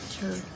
True